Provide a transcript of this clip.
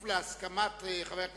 בעד, 8,